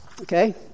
okay